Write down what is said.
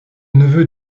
neveu